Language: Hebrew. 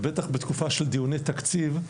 ובטח בתקופה של דיוני תקציב,